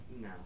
No